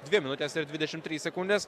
dvi minutės ir dvidešimt trys sekundes